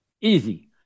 Easy